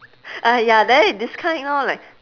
ah ya there these kind lor like